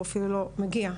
הוא אפילו לא מגיע.